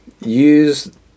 use